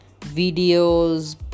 videos